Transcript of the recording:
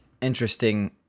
interesting